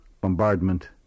bombardment